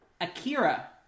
Akira